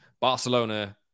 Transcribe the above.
barcelona